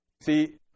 See